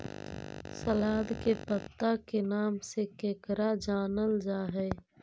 सलाद के पत्ता के नाम से केकरा जानल जा हइ?